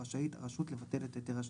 רשאית הרשות לבטל את היתר השליטה.